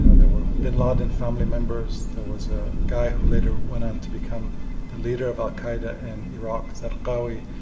you know there were bin laden family members. there was a guy who later went on to become the leader of al-qaida in iraq, zarqawi.